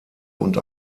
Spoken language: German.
und